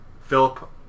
Philip